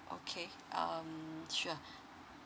okay um sure